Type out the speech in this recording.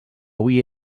avui